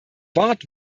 award